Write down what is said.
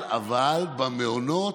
אבל במעונות,